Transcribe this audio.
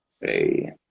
Hey